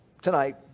tonight